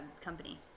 company